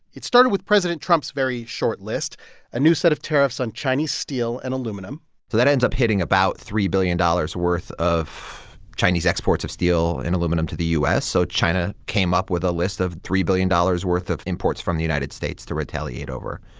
it started with president trump's very short list a new set of tariffs on chinese steel and aluminum so that ends up hitting about three billion dollars worth of chinese exports of steel and aluminum to the u s. so china came up with a list of three billion dollars worth of imports from the united states to retaliate over.